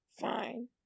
fine